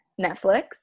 Netflix